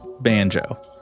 Banjo